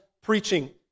preaching